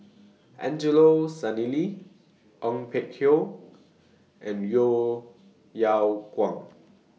Angelo Sanelli Ong Peng Hock and Yeo Yeow Kwang